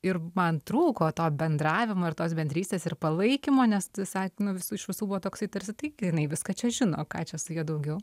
ir man trūko to bendravimo ir tos bendrystės ir palaikymo nes įsakymų visų iš visų buvo toksai tarsi tai jinai viską čia žino ką čia su juo daugiau